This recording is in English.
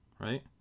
Right